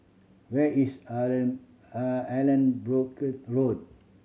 where is Allanbrooke Road